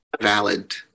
valid